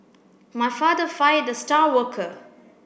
my father fired the star worker